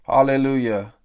Hallelujah